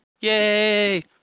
Yay